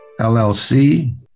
LLC